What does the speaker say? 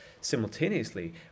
Simultaneously